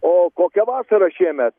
o kokia vasara šiemet